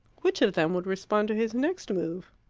which of them would respond to his next move?